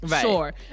sure